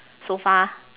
so far